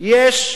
יש בעיה,